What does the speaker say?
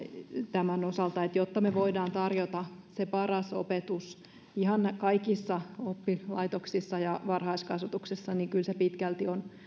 tämän osalta eli jotta voidaan tarjota se paras opetus ihan kaikissa oppilaitoksissa ja varhaiskasvatuksessa niin kyllä se pitkälti